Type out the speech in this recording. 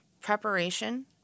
preparation